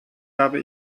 habe